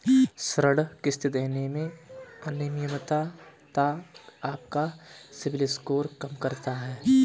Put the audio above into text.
ऋण किश्त देने में अनियमितता आपका सिबिल स्कोर कम करता है